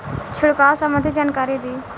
छिड़काव संबंधित जानकारी दी?